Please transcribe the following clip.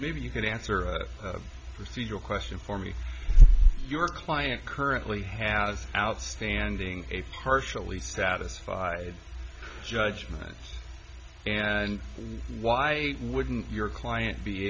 maybe you could answer a procedural question for me your client currently has outstanding partially satisfied judgment and why wouldn't your client be